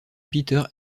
peter